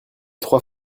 trois